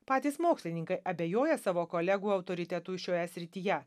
patys mokslininkai abejoja savo kolegų autoritetu šioje srityje